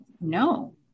no